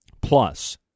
plus